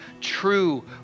true